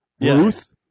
Ruth